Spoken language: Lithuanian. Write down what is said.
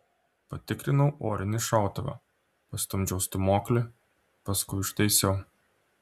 patikrinau orinį šautuvą pastumdžiau stūmoklį paskui užtaisiau